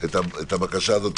את הבקשה הזאת,